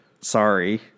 sorry